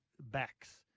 backs